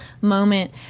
moment